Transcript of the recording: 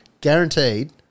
guaranteed